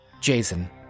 Jason